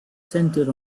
centered